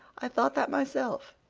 i thought that myself,